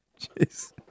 Jeez